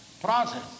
process